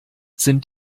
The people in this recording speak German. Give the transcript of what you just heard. sind